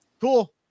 cool